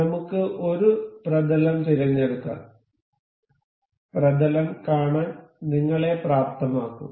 നമുക്ക് ഒരു പ്രതലം തിരഞ്ഞെടുക്കാം പ്രതലം കാണാൻ നിങ്ങളെ പ്രാപ്തമാക്കും